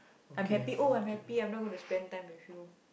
I'm happy oh I'm happy I'm not gonna spend time with you